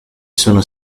sono